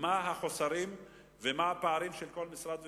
עליו מה החוסרים ומה הפערים של כל משרד ומשרד,